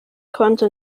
konnte